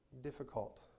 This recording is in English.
difficult